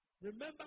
Remember